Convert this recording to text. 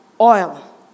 Oil